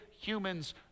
humans